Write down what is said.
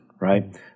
right